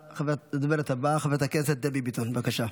הדוברת הבאה, חברת הכנסת דבי ביטון, בבקשה.